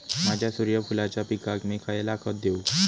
माझ्या सूर्यफुलाच्या पिकाक मी खयला खत देवू?